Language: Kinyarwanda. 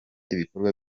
ibikorwa